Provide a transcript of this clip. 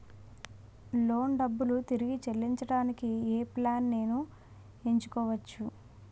Loan డబ్బులు తిరిగి చెల్లించటానికి ఏ ప్లాన్ నేను ఎంచుకోవచ్చు?